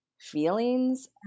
feelings